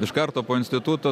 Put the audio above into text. iškarto po instituto